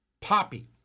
Poppy